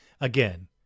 Again